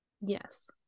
Yes